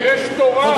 יש תורה.